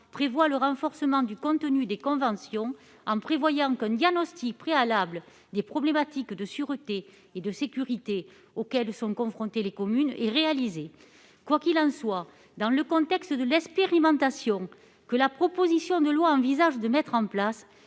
6 A renforce le contenu des conventions, en prévoyant la réalisation d'un diagnostic préalable des problématiques de sûreté et de sécurité auxquelles les communes sont confrontées. Quoi qu'il en soit, dans le contexte de l'expérimentation que la proposition de loi envisage de mettre en place,